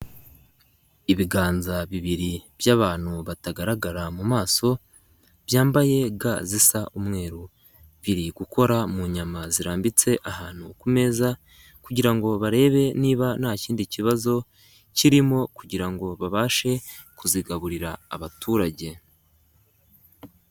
Ibiganza bibiri by'abantu batagaragara mu maso, byambaye ga zisa umweru, biri gukora mu nyama zirambitse ahantu ku meza kugira ngo barebe niba nta kindi kibazo kirimo kugira ngo babashe kuzigaburira abaturage.